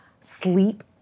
sleep